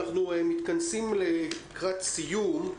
אנחנו מתכנסים לקראת סיום.